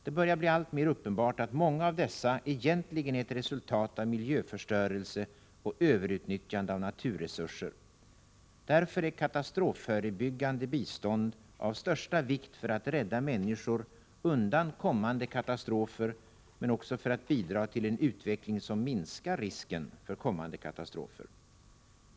Det börjar bli alltmer uppenbart att många av dessa egentligen är ett resultat av miljöförstörelse och överutnyttjande av naturresurser. Därför är katastrofförebyggande bistånd av största vikt för att rädda människor undan 67 kommande katastrofer, men också för att bidra till en utveckling som minskar risken för kommande katastrofer.